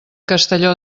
castelló